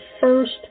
first